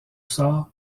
sort